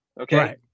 okay